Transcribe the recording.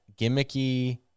gimmicky